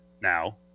now